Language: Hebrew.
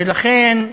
ולכן,